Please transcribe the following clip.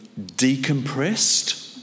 decompressed